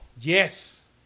Yes